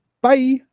Bye